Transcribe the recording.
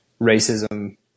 racism